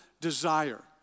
desire